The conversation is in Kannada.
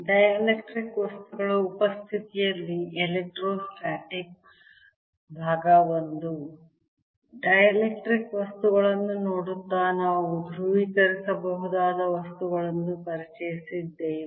ಡೈಎಲೆಕ್ಟ್ರಿಕ್ ವಸ್ತುಗಳ ಉಪಸ್ಥಿತಿಯಲ್ಲಿ ಎಲೆಕ್ಟ್ರೋಸ್ಟಾಟಿಕ್ಸ್ I ಡೈಎಲೆಕ್ಟ್ರಿಕ್ ವಸ್ತುಗಳನ್ನು ನೋಡುತ್ತಾ ನಾವು ಧ್ರುವೀಕರಿಸಬಹುದಾದ ವಸ್ತುಗಳನ್ನು ಪರಿಚಯಿಸಿದ್ದೇವೆ